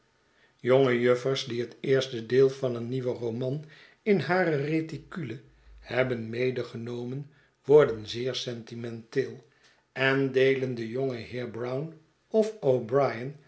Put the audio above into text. jonge juffers die het eerste deel van een nieuwen roman in hare reticule hebben medegenomen worden zeer sentimenteel en deelen den jongen heer brown of